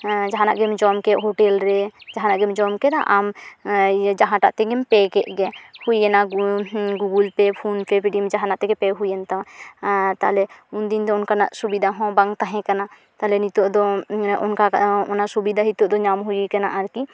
ᱡᱟᱦᱟᱱᱟᱜ ᱜᱮᱢ ᱡᱚᱢᱠᱮᱫ ᱦᱳᱴᱮᱞ ᱨᱮ ᱡᱟᱦᱟᱱᱜ ᱜᱮᱢ ᱡᱚᱢ ᱠᱮᱫᱟ ᱟᱢ ᱡᱟᱦᱟᱴᱟᱜ ᱛᱮᱜᱮᱢ ᱯᱮᱹ ᱠᱮᱫᱜᱮ ᱦᱩᱭᱮᱱᱟ ᱜᱩᱜᱩᱞ ᱯᱮᱹ ᱯᱷᱳᱱ ᱯᱮᱹ ᱯᱮᱹᱴᱤᱮᱢ ᱡᱟᱦᱟᱱᱟᱜ ᱛᱮᱜᱮ ᱯᱮᱹ ᱦᱩᱭᱮᱱ ᱛᱟᱢᱟ ᱛᱟᱦᱞᱮ ᱩᱱᱫᱤᱱ ᱫᱚ ᱚᱱᱠᱟᱱᱟᱜ ᱥᱩᱵᱤᱫᱟ ᱦᱚᱸ ᱵᱟᱝ ᱛᱟᱦᱮᱸᱠᱟᱱᱟ ᱛᱟᱦᱞᱮ ᱱᱤᱛᱚᱜᱫᱚ ᱚᱱᱟ ᱥᱩᱵᱤᱫᱟ ᱱᱤᱛᱚᱜᱫᱚ ᱧᱟᱢ ᱦᱩᱭᱠᱟᱱᱟ ᱟᱨᱠᱤ